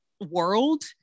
world